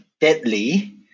deadly